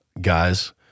guys